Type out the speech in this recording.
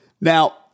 Now